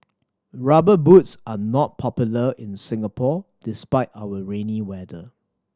Rubber Boots are not popular in Singapore despite our rainy weather